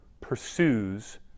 pursues